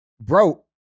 bro